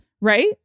right